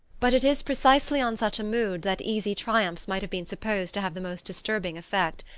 but it is precisely on such a mood that easy triumphs might have been supposed to have the most disturbing effect.